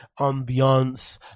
ambiance